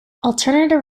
alternative